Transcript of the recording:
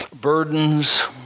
burdens